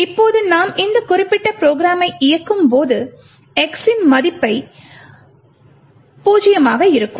இப்போது நாம் இந்த குறிப்பிட்ட ப்ரோக்ராமை இயக்கும்போது x இன் மதிப்பைப் பெறுவது பூஜ்ஜியமாகும்